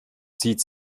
zieht